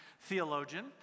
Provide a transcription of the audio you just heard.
theologian